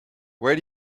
where